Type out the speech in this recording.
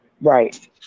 Right